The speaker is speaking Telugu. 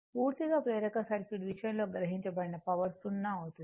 పూర్తిగా ప్రేరక సర్క్యూట్ విషయంలో గ్రహించబడిన పవర్ 0 అవుతుంది